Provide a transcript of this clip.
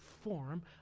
form